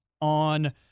On